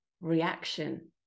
reaction